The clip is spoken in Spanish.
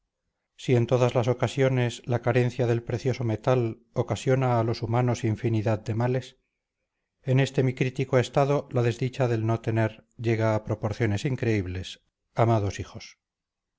si en todas las ocasiones la carencia del precioso metal ocasiona a los humanos infinidad de males en este mi crítico estado la desdicha del no tener llega a proporciones increíbles amados hijos